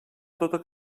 tota